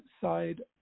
side